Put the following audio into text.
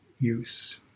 use